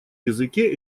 языке